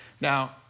Now